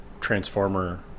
Transformer